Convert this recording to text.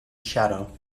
shadow